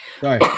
Sorry